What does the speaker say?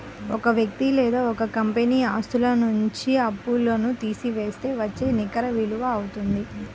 ఒక వ్యక్తి లేదా ఒక కంపెనీ ఆస్తుల నుంచి అప్పులను తీసివేస్తే వచ్చేదే నికర విలువ అవుతుంది